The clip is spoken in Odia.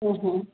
ଓଃ